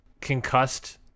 concussed